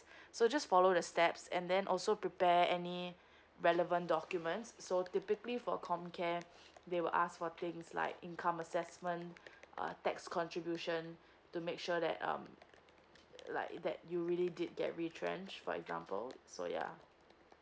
so just follow the steps and then also prepare any relevant documents so typically for comcare they will ask for things like income assessment uh tax contribution to make sure that um like that you really did get retrench for example so yeah